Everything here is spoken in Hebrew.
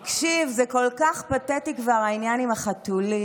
תקשיב, זה כבר כל כך פתטי, העניין עם החתולים.